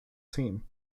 team